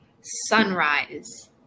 Sunrise